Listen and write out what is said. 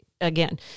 again